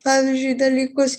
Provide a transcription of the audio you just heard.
pavyzdžiui dalykus